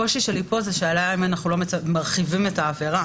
הקושי שלי פה הוא שאולי אנחנו מרחיבים את העבירה.